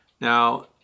now